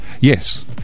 Yes